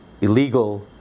illegal